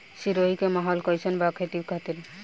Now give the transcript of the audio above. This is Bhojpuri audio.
सिरोही के माहौल कईसन बा खेती खातिर?